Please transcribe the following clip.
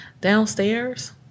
downstairs